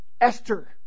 Esther